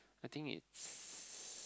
I think it's